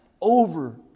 over